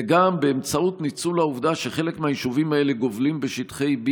וגם באמצעות ניצול העובדה שחלק מהיישובים האלה גובלים בשטחי B